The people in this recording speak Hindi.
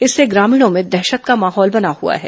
इससे ग्रामीणों में दहशत का माहौल बना हुआ है